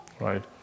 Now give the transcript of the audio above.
right